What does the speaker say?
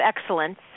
excellence